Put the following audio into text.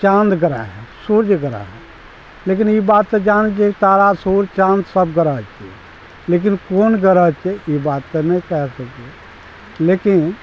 चाँद ग्रह हइ सूर्य ग्रह हइ लेकिन ई बात तऽ जानै छियै की तारा सूर्य चाँद सब ग्रह छियै लेकिन कोन ग्रह छै ई बात तऽ नहि कहय सकबै लेकिन